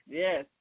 yes